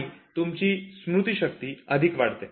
आणि तुमची स्मृतीशक्ती अधिक वाढते